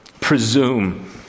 presume